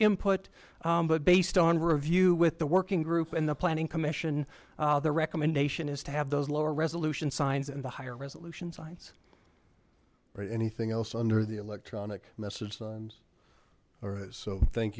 input but based on review with the working group and the planning commission the recommendation is to have those lower resolution signs and the higher resolutions lines or anything else under the electronic messages and or so thank